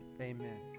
Amen